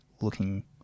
looking